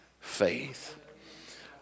faith